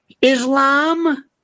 Islam